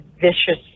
vicious